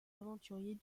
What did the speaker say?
aventuriers